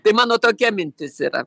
tai mano tokia mintis yra